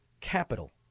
capital